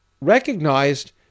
recognized